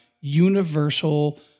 universal